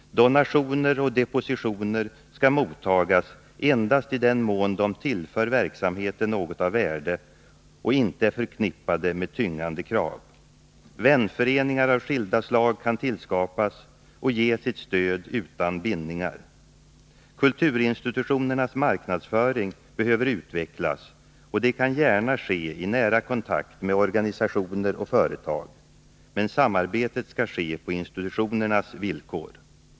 Donationer och depositioner skall mottagas endast i den mån de tillför verksamheten något av värde och inte är förknippade med tyngande krav. Vänföreningar av skilda slag kan tillskapas och ge sitt stöd utan bindningar. Kulturinstitutionernas marknadsföring behöver utvecklas, och det kan gärna ske i nära kontakt med organisationer och företag. Men samarbetet skall ske på institutionernas villkor.